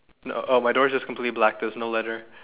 no oh my door's just completely black there's no letter